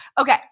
Okay